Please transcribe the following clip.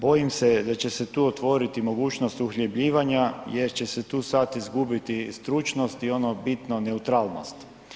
Bojim se da će se tu otvoriti mogućnost uhljebljivanja jer će se tu sad izgubiti stručnost i ono bitno, neutralnost.